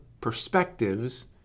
perspectives